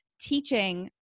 teaching